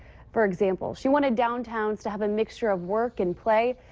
for example, she wanted downtowns to have a mixture of work and play.